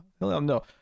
no